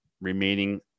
remaining